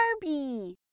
Barbie